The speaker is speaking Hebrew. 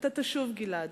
אתה תשוב, גלעד,